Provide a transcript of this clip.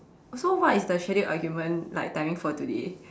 so what is the scheduled argument like timing for today